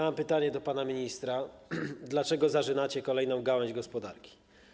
Mam pytanie do pana ministra: Dlaczego zarzynacie kolejną gałąź gospodarki?